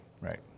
right